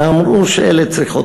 ואמרו שאלה צריכות,